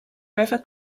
river